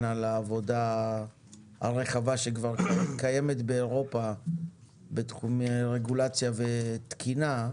על העבודה הרחבה שכבר קיימת באירופה בתחומי רגולציה ותקינה,